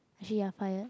she unfired